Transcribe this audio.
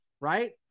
right